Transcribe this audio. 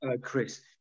Chris